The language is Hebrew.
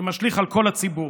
שמשליך על כל הציבור.